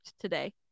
today